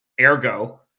Ergo